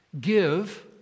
Give